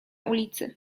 ulicy